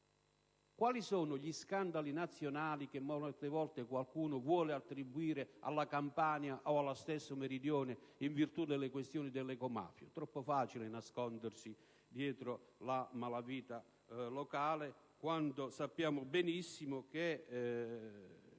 quali sono gli scandali nazionali che molte volte qualcuno vuole attribuire alla Campania o allo stesso meridione in nome delle questioni dell'ecomafia. È troppo facile nascondersi dietro la malavita locale quando sappiamo molto bene